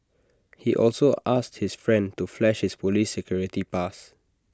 he also asked his friend to flash his Police security pass